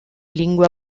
lingua